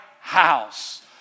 house